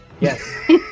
Yes